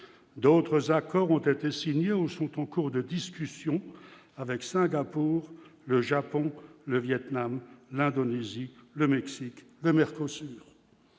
d'autres accords ont été signés orange sont en cours de discussion avec Singapour, le Japon, le Vietnam, l'Indonésie, le Mexique, Merck